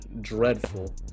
dreadful